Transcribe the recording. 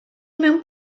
mewn